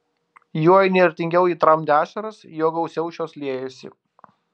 juo įnirtingiau ji tramdė ašaras juo gausiau šios liejosi